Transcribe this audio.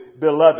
beloved